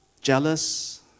jealous